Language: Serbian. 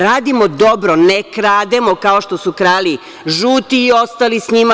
Radimo dobro, ne krademo, kao što su krali žuti i ostali sa njima.